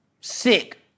Sick